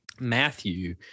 Matthew